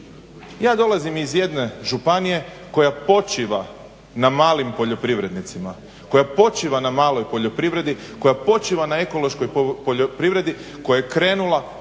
Ja dolazim iz jedne županije koja počiva na malim poljoprivrednicima, koja počiva na maloj poljoprivredi, koja počiva na ekološkoj poljoprivredi, koja je krenula